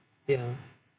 ya